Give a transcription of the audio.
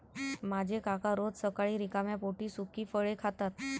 माझे काका रोज सकाळी रिकाम्या पोटी सुकी फळे खातात